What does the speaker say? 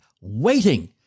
waiting